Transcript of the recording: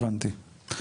הבנתי.